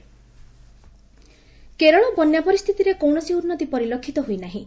Kerala rain Kerala ବନ୍ୟା ପରିସ୍ଥିତିରେ କୌଣସି ଉନ୍ନୁତି ପରିଲକ୍ଷିତ ହୋଇନାହିଁ